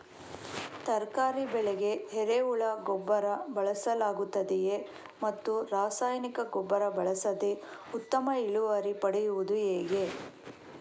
ತರಕಾರಿ ಬೆಳೆಗೆ ಎರೆಹುಳ ಗೊಬ್ಬರ ಬಳಸಲಾಗುತ್ತದೆಯೇ ಮತ್ತು ರಾಸಾಯನಿಕ ಗೊಬ್ಬರ ಬಳಸದೆ ಉತ್ತಮ ಇಳುವರಿ ಪಡೆಯುವುದು ಹೇಗೆ?